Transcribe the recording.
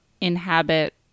inhabit